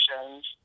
actions